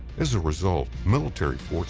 as a result, military